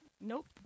Nope